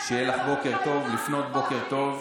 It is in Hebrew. שיהיה לך בוקר טוב, לפנות בוקר טוב.